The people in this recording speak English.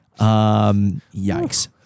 Yikes